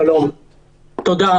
שלום, תודה.